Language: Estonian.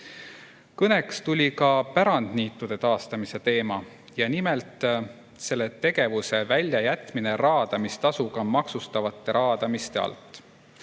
Kõne all oli ka pärandniitude taastamise teema ja nimelt selle tegevuse väljajätmine raadamistasuga maksustatavate raadamiste